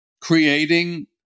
creating